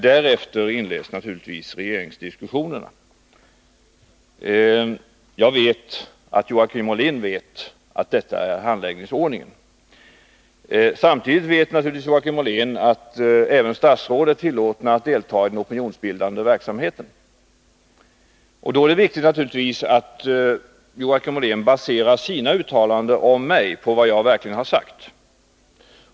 Därefter inleds naturligtvis regeringsdiskussionerna. Jag vet att Joakim Ollén känner till att detta är handläggningsordningen. Samtidigt vet Joakim Ollén att även statsråd tillåts delta i den opinionsbildande verksamheten. Då är det naturligtvis viktigt att Joakim Ollén baserar sina uttalanden om mig på vad jag verkligen har sagt.